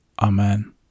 Amen